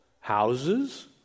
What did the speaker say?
houses